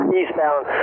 eastbound